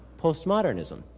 postmodernism